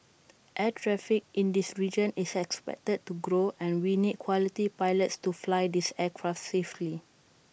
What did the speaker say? air traffic in this region is expected to grow and we need quality pilots to fly these aircraft safely